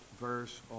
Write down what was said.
verse